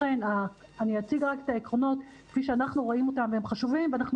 אני אציג את העקרונות כפי שאנחנו רואים אותם והם חשובים ואנחנו